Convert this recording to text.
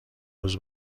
روز